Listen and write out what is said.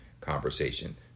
conversation